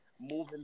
moving